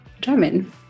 German